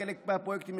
בחלק מהפרויקטים,